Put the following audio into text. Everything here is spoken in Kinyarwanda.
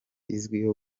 izwiho